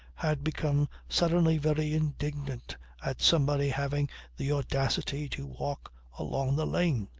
had become suddenly very indignant at somebody having the audacity to walk along the lane.